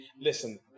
Listen